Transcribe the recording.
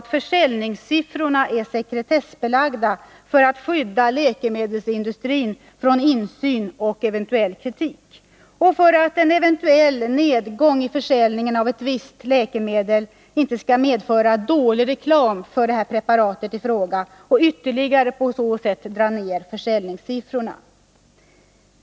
Försäljningssiffrorna är nämligen sekretessbelagda för att man skall skydda läkemedelsindustrin från insyn och eventuell kritik och för att en eventuell nedgång i försäljningen av ett visst läkemedel inte skall medföra ”dålig reklam” för preparatet i fråga och på så sätt ytterligare dra ner försäljningssiffrorna.